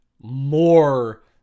more